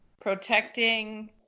protecting